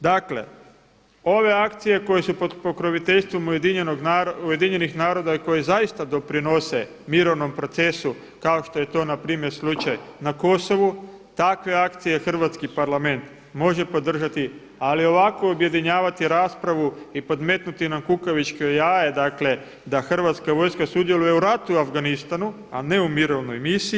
Dakle, ove akcije koje su pod pokroviteljstvom UN-a i koje zaista doprinose mirovinom procesu kao što je to npr. slučaj na Kosovu takve akcije Hrvatski parlament može podržati ali ovakvo objedinjavati raspravu i podmetnuti nam kukavičje jaje dakle da Hrvatska vojska sudjeluje u ratu u Afganistanu a ne u mirovnoj misiji.